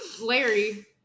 larry